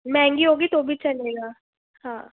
महँगी होगी तो भी चलेगा हाँ